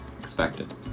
expected